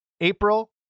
April